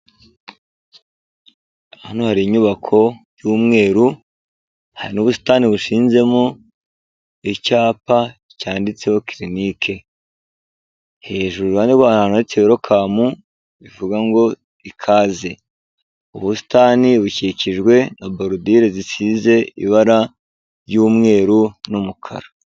Hano hari inyubako y'umweru, hari n'ubusitani bushinzemo icyapa cyanditseho Clinic. Hejuru iruhande rwaho hari ahantu handitse welcome bivuga ngo ikaze. Ubusitani bukikijwe na borudire zisize ibara ry'umweru n'umukara.